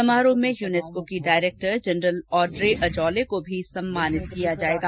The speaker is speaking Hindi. समारोह में यूनेस्को की डायरेक्टर जनरल ऑड्रे अजौले को भी सम्मानित किया जाएगा